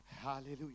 Hallelujah